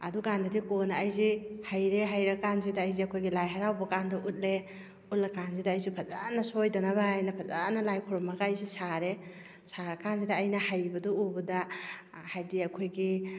ꯑꯗꯨ ꯀꯥꯟꯗꯗꯤ ꯀꯣꯟꯅ ꯑꯩꯁꯤ ꯍꯩꯔꯦ ꯍꯩꯔ ꯀꯥꯟꯁꯤꯗ ꯑꯩꯁꯦ ꯑꯩꯈꯣꯏꯒꯤ ꯂꯥꯏ ꯍꯔꯥꯎꯕ ꯀꯥꯟꯗ ꯎꯠꯂꯦ ꯎꯠꯂ ꯀꯥꯟꯁꯤꯗ ꯑꯩꯁꯨ ꯐꯖꯅ ꯁꯣꯏꯗꯅꯕ ꯍꯥꯏꯅ ꯐꯖꯅ ꯂꯥꯏ ꯈꯣꯏꯔꯝꯃꯒ ꯑꯩꯁꯤ ꯁꯥꯔꯦ ꯁꯥꯔ ꯀꯥꯟꯁꯤꯗ ꯑꯩꯅ ꯍꯩꯕꯗꯨ ꯎꯕꯗ ꯍꯥꯏꯗꯤ ꯑꯩꯈꯣꯏꯒꯤ